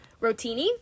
rotini